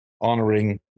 honoring